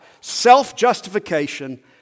self-justification